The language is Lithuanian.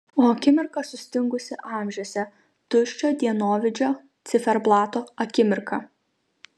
o akimirka sustingusi amžiuose tuščio dienovidžio ciferblato akimirka